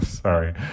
Sorry